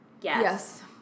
Yes